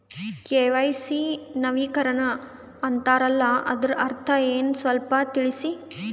KYC ನವೀಕರಣ ಅಂತಾರಲ್ಲ ಅದರ ಅರ್ಥ ಏನ್ರಿ ಸ್ವಲ್ಪ ತಿಳಸಿ?